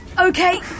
Okay